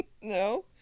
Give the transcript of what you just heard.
no